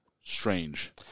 strange